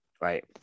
right